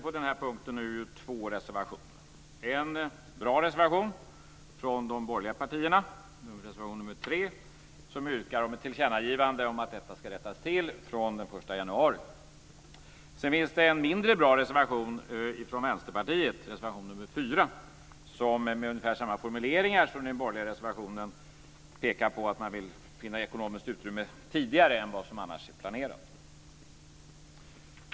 På den punkten finns det två reservationer: en bra reservation från de borgerliga partierna, reservation 3, där man yrkar om ett tillkännagivande om att detta ska rättas till från den 1 januari, och en mindre bra reservation från Vänsterpartiet, reservation nr 4. Där pekar man med ungefär samma formuleringar som i den borgerliga reservationen på att man vill finna ekonomiskt utrymme tidigare än vad som annars är planerat.